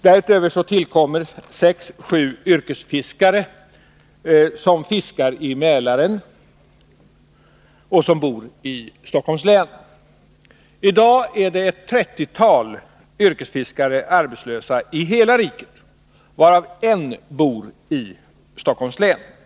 Därutöver tillkommer sex sju yrkesfiskare som fiskar i Mälaren och som bor i Stockholms län. I dag är ett trettiotal yrkesfiskare arbetslösa i hela riket, varav en bor i Stockholms län.